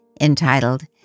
entitled